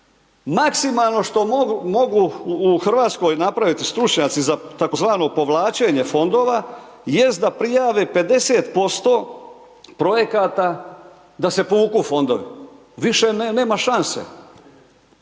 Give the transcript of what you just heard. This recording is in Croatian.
maksimalno što mogu, mogu u Hrvatskoj napraviti stručnjaci za tako zvano povlačenje fondova, jest da prijave 50% projekata da se povuku fondovi, više nema, nema